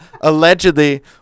allegedly